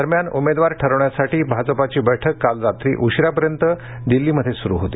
दरम्यान उमेदवार ठरवण्यासाठी भाजपाची बैठक कालरात्री उशीरापर्यंत दिल्लीत सुरू होती